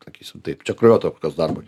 sakysim taip čia kraujotakos darbui